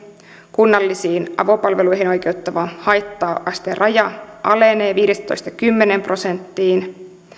kunnallisiin avopalveluihin oikeuttava haitta asteraja alenee viidestätoista kymmeneen prosenttiin